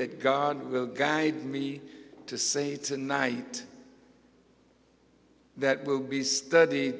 that god will guide me to say tonight that will be studied